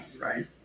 right